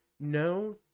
No